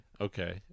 okay